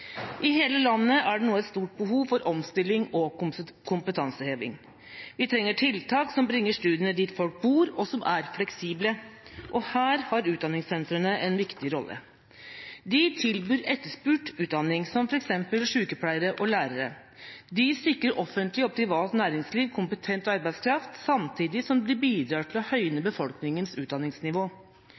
I hele landet er det nå et stort behov for omstilling og kompetanseheving. Vi trenger tiltak som bringer studiene dit folk bor, og som er fleksible, og her har utdanningssentrene en viktig rolle. De tilbyr etterspurt utdanning, som f.eks. sykepleiere og lærere. De sikrer offentlig og privat næringsliv kompetent arbeidskraft samtidig som de bidrar til å høyne befolkningens utdanningsnivå.